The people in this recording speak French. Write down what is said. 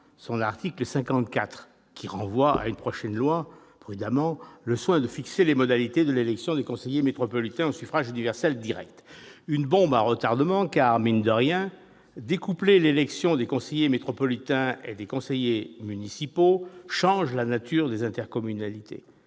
son article 54, qui renvoie prudemment à une prochaine loi le soin de fixer les modalités de l'élection des conseillers métropolitains au suffrage universel direct. Il s'agit d'une bombe à retardement car, mine de rien, découpler l'élection des conseillers métropolitains et celle des conseillers municipaux change la nature des intercommunalités.